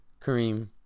Kareem